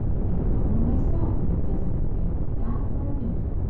i've got one myself, but it doesn't compare with that, for a minute.